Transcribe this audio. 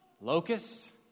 locusts